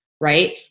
right